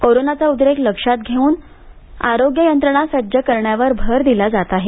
कोरोनाचा उद्रेक लक्षात घेऊन आरोग्य यंत्रणा सज्ज करण्यावर भर दिला जात आहे